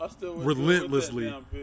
relentlessly